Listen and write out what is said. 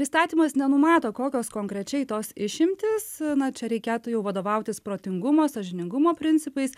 įstatymas nenumato kokios konkrečiai tos išimtys na čia reikėtų jau vadovautis protingumo sąžiningumo principais